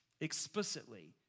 explicitly